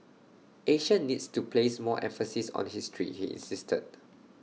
Asia needs to place more emphasis on history he insisted